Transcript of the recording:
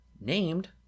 named